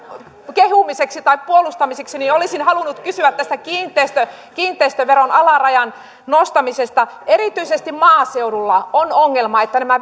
kehumiseksi tai puolustamiseksi niin olisin halunnut kysyä tästä kiinteistöveron alarajan nostamisesta erityisesti maaseudulla on ongelma että nämä